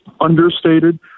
understated